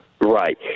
right